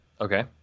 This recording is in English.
Okay